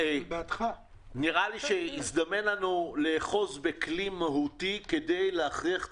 נראה לי שהזדמן לנו לאחוז בכלי מהותי כדי להכריח את